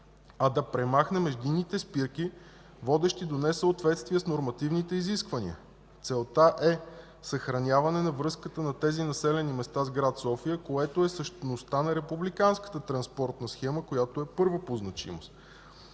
а да премахне междинните спирки, водещи до несъответствие с нормативните изисквания. Целта е съхраняване на връзката на тези населени места с град София, която е същността на републиканската транспортна схема, която е първа по значимост,